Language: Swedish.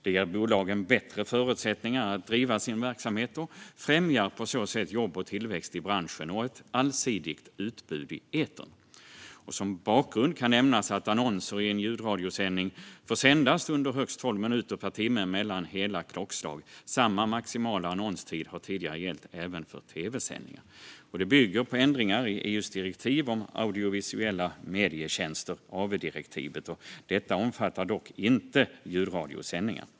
Det ger bolagen bättre förutsättningar att driva sin verksamhet och främjar på så sätt jobb och tillväxt i branschen och ett allsidigt utbud i etern. Som bakgrund kan nämnas att annonser i en ljudradiosändning får sändas under högst tolv minuter per timme mellan hela klockslag. Samma maximala annonstid har tidigare gällt även för tv-sändningar. Det bygger på ändringar i EU:s direktiv om audiovisuella medietjänster, AV-direktivet. Detta omfattar dock inte ljudradiosändningar.